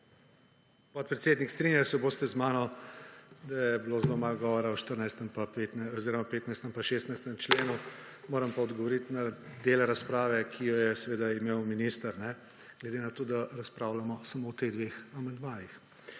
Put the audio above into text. Podpredsednik, strinjali se boste z mano, da je bilo zelo malo govora o 15. in 16. členu. Moram pa odgovoriti na del razprave, ki jo je imel minister, glede na to, da razpravljamo samo o teh dveh amandmajih